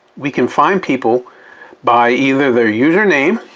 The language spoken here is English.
we can find people by either their username,